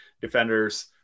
defenders